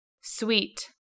Sweet